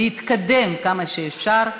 להתקדם כמה שאפשר,